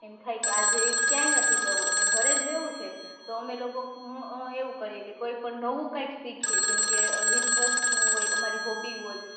એમ થાય કે આજે ક્યાંય નથી જવું અને ઘરે જ રહેવું છે તો અમે લોકો એવું કરીએ કે કોઈ પણ નવું કંઇક શીખીએ જેમ કે ઇન્ટ્રેસ્ટનું હોય અમારી હોબી હોય